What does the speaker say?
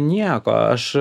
nieko aš